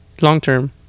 long-term